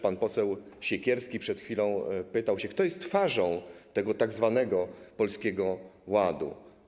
Pan poseł Siekierski przed chwilą pytał, kto jest twarzą tego tzw. Polskiego Ładu.